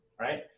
right